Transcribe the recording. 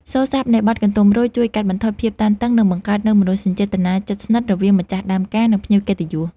សូរស័ព្ទនៃបទកន្ទុំរុយជួយកាត់បន្ថយភាពតានតឹង និងបង្កើតនូវមនោសញ្ចេតនាជិតស្និទ្ធរវាងម្ចាស់ដើមការ និងភ្ញៀវកិត្តិយស។